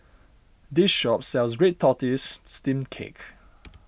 this shop sells Red Tortoise Steamed Cake